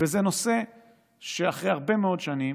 זה נושא שאחרי הרבה מאוד שנים